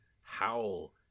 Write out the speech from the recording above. howl